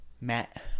Matt